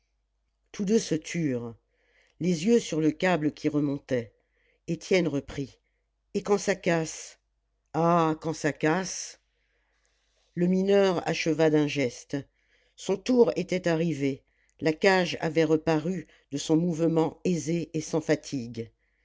tous deux se turent les yeux sur le câble qui remontait étienne reprit et quand ça casse ah quand ça casse le mineur acheva d'un geste son tour était arrivé la cage avait reparu de son mouvement aisé et sans fatigue